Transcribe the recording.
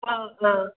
ꯑꯥ ꯑꯥ